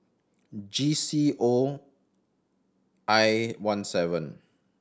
G C O I one seven